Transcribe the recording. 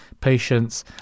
patience